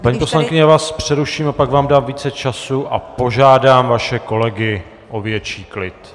Paní poslankyně, já vás přeruším a pak vám dám více času a požádám vaše kolegy o větší klid.